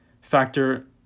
factor